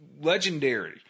legendary